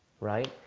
right